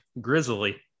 Grizzly